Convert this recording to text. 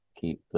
keep